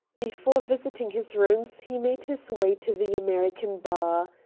before visiting his rooms he made his way to the american bar.